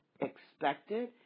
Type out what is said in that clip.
expected